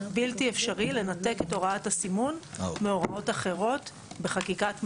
בלתי אפשרי לנתק את הוראת הסימון מהוראות אחרות בחקיקת מזון.